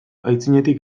aitzinetik